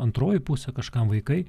antroji pusė kažkam vaikai